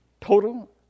total